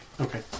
Okay